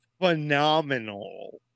phenomenal